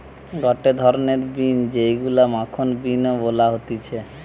গটে ধরণের বিন যেইগুলো মাখন বিন ও বলা হতিছে